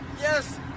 Yes